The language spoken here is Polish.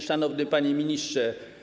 Szanowny Panie Ministrze!